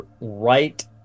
right